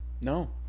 No